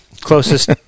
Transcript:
Closest